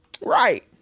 Right